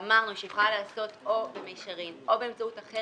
ואמרנו שהיא יכולה להיעשות או במישרין או באמצעות אחר,